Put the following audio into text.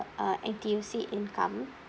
uh N_T_U_C income